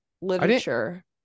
literature